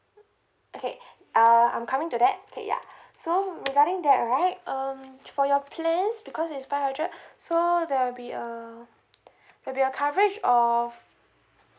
okay uh I'm coming to that okay ya so regarding that right um for your claims because it's five hundred so there will be a there will be a coverage of